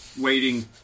waiting